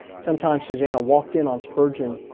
sometimes susannah walked in on spurgeon,